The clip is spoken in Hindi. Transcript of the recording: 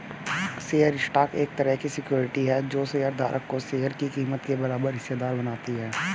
शेयर स्टॉक एक तरह की सिक्योरिटी है जो शेयर धारक को शेयर की कीमत के बराबर हिस्सेदार बनाती है